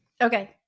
Okay